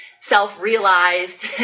self-realized